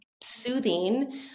soothing